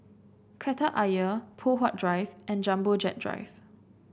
Kreta Ayer Poh Huat Drive and Jumbo Jet Drive